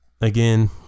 again